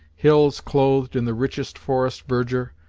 hills clothed in the richest forest verdure,